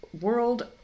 World